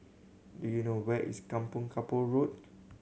do you know where is Kampong Kapor Road